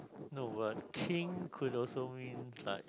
no but kin could also mean like